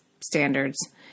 standards